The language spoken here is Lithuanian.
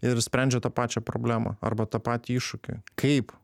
ir sprendžia tą pačią problemą arba tą patį iššūkį kaip